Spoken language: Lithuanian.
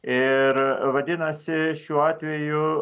ir vadinasi šiuo atveju